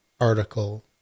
article